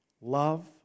love